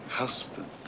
Husband